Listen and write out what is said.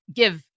give